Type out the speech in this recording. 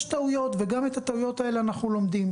יש טעויות וגם את הטעויות האלה אנחנו לומדים.